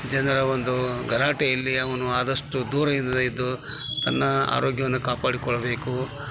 ಜನರ ಒಂದು ಗಲಾಟೆಯಲ್ಲಿ ಅವನ್ನು ಆದಷ್ಟು ದೂರದಿಂದ ಇದ್ದು ತನ್ನ ಆರೋಗ್ಯವನ್ನ ಕಾಪಾಡಿಕೊಳ್ಳಬೇಕು